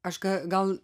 aš ką gal